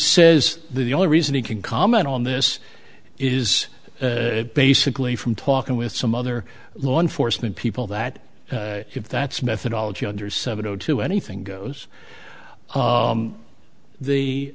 says the only reason he can comment on this is basically from talking with some other law enforcement people that if that's methodology under seven no to anything goes